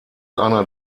einer